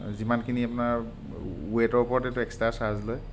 আৰু যিমানখিনি আপোনাৰ ৱেইটৰ ওপৰতে এক্সট্ৰা চাৰ্জ লয়